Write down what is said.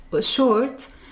short